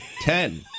Ten